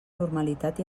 normalitat